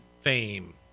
fame